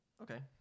Okay